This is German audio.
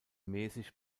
mäßig